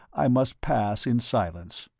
i must pass in silence.